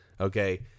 okay